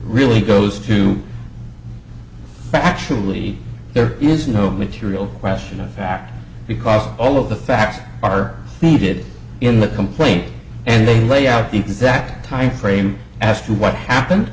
really goes to factually there is no material question of fact because all of the facts are needed in the complaint and they lay out the exact time frame as to what happen